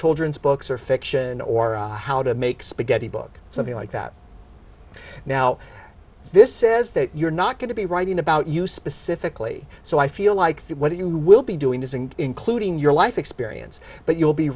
children's books or fiction or how to make spaghetti book something like that now this says that you're not going to be writing about you specifically so i feel like that what you will be doing is and including your life experience but you'll be